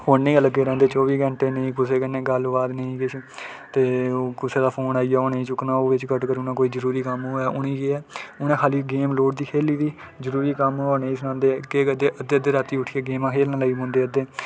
फोने ई लग्गे रौंह्ंदे चौबी घंटे कुसै कन्नै गल्ल बात निं नेई केस ते ओह् कुसै दा फोन आई आ ओह् नेईं चुक्कना कोई जरूरी कम्म होऐ उ'नें ई केह् ऐ उ'नें खाली गेम लोड़दी खेलदी जरूरी कम्म होऐ नेईं सनांदे केह् करदे अद्धी अद्धी राती उट्ठियै गेमां खेलन लेई पौंदे